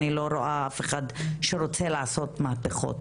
אני לא רואה אף אחד שרוצה לעשות מהפכות.